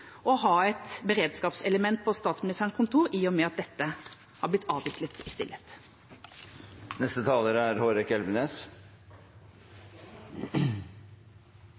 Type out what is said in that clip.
å ha et beredskapselement på Statsministerens kontor, i og med at dette har blitt avviklet i stillhet? Etter å ha fulgt debatten, som er